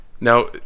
Now